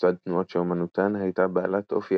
לצד תנועות שאמנותן הייתה בעלת אופי